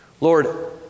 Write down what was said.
Lord